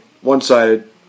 one-sided